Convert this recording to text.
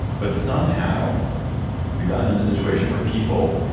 but somehow we've gotten in a situation where people,